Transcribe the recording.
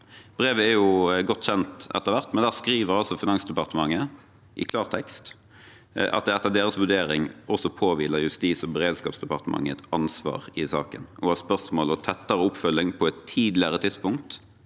Brevet er etter hvert godt kjent. Der skriver Finansdepartementet i klartekst at det etter deres vurdering også påhviler Justis- og beredskapsdepartementet et ansvar i saken, og at spørsmål og tettere oppfølging på et tidligere tidspunkt